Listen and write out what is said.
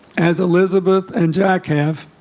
as elizabeth and jack have